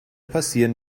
passieren